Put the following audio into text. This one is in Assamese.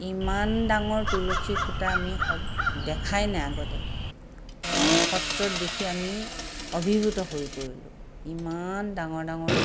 ইমান ডাঙৰ তুলসীৰ খুঁটা আমি হ দেখাই নাই আগতে সেয়া সত্ৰত দেখি আমি অভিভূত হৈ পৰিলোঁ ইমান ডাঙৰ ডাঙৰ